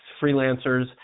freelancers